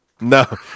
No